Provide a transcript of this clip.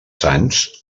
sants